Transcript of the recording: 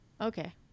Okay